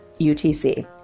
UTC